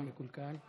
זה מקולקל.